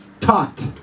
taught